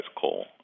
coal